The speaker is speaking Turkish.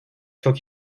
çok